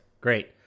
Great